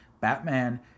batman